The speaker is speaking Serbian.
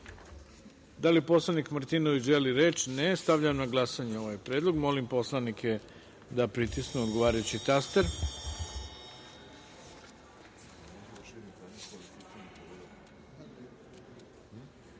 li poslanik Martinović želi reč? (Ne.)Stavljam na glasanje ovaj predlog. Molim poslanike da pritisnu odgovarajući